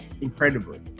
incredibly